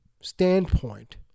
standpoint